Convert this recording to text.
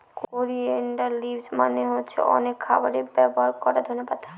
coriander leaves মানে হচ্ছে অনেক খাবারে ব্যবহার করা ধনে পাতা